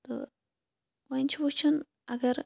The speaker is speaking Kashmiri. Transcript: تہٕ وۄنۍ چھُ وٕچھُن اگر